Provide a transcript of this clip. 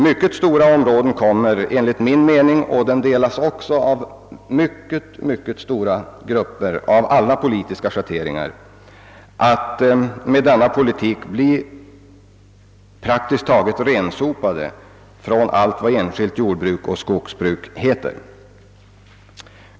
Mycket stora områden kommer enligt min mening — och den delas även i detta fall av mycket, mycket stora grupper av alla politiska schatteringar — att med denna politik bli praktiskt taget rensopade från allt vad enskilt jordbruk och skogsbruk heter.